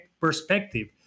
perspective